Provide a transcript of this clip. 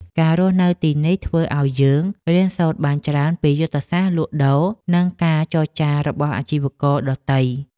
ការរស់នៅទីនេះធ្វើឱ្យយើងរៀនសូត្របានច្រើនពីយុទ្ធសាស្ត្រលក់ដូរនិងការចរចារបស់អាជីវករដទៃ។